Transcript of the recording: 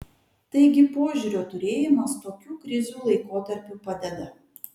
taigi požiūrio turėjimas tokių krizių laikotarpiu padeda